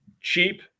cheap